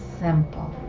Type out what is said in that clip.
simple